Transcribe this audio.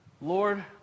lord